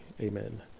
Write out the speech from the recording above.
Amen